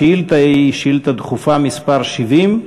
השאילתה היא שאילתה דחופה מס' 70,